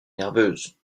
nerveuse